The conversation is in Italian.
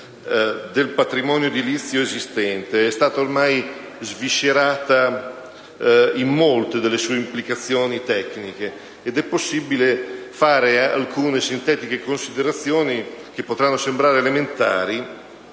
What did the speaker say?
del patrimonio edilizio esistente è stata ormai sviscerata in molte delle sue implicazioni tecniche, ed è possibile fare alcune sintetiche considerazioni, che potranno sembrare elementari,